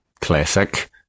classic